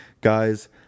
guys